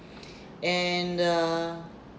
and uh